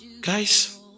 Guys